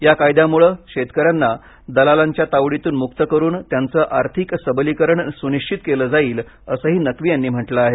या कायद्यांमुळे शेतकऱ्यांना दलालांच्या तावडीतून मुक्त करुन त्यांचे आर्थिक सबलीकरण सुनिश्वित केलं जाईल असंही नक्वी यांनी म्हटलं आहे